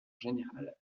général